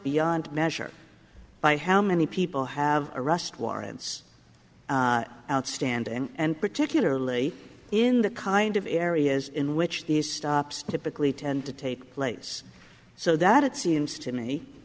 beyond measure by how many people have arrest warrants outstanding and particularly in the kind of areas in which these stops typically tend to take place so that it seems to me